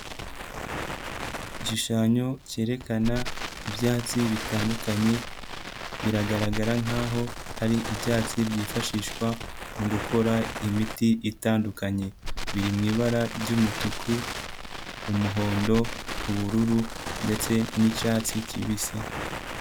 Igishushanyo cyerekana ibyatsi bitandukanye, biragaragara nk'aho ari ibyatsi byifashishwa mu gukora imiti itandukanye. biri mu ibara ry'umutuku, umuhondo, ubururu ndetse n'icyatsi kibisi.